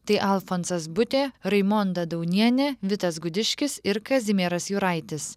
tai alfonsas butė raimonda daunienė vitas gudiškis ir kazimieras juraitis